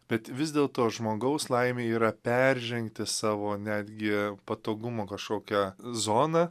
bet vis dėlto žmogaus laimė yra peržengti savo netgi patogumo kažkokią zoną